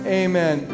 amen